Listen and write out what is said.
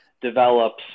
develops